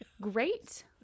Great